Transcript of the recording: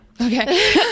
Okay